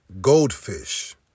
goldfish